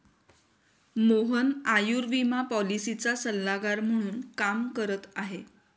मोहन आयुर्विमा पॉलिसीचा सल्लागार म्हणून काम करत आहे